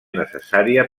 necessària